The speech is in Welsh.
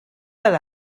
fel